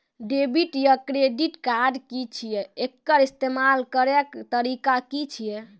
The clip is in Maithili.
डेबिट या क्रेडिट कार्ड की छियै? एकर इस्तेमाल करैक तरीका की छियै?